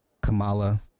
Kamala